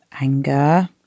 Anger